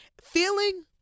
feeling